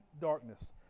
darkness